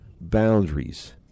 boundaries